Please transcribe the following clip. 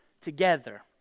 together